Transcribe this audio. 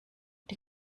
die